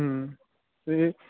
এই